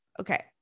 Okay